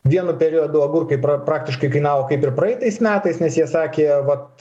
vienu periodu agurkai praktiškai kainavo kaip ir praeitais metais nes jie sakė vat